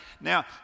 now